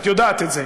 את יודעת את זה,